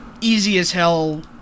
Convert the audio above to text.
easy-as-hell